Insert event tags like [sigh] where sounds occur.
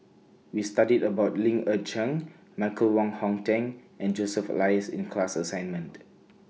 We studied about Ling [unintelligible] Michael Wong Hong Teng and Joseph Elias in class assignment